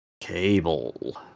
Cable